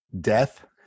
Death